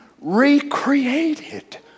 recreated